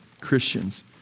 Christians